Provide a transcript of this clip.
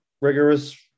rigorous